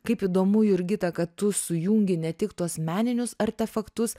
kaip įdomu jurgita kad tu sujungi ne tik tuos meninius artefaktus